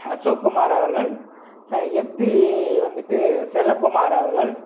அசோக் குமார் அவர்கள் எம்பி வந்துட்டு செல்லக்குமார் அவர்கள்